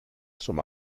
zum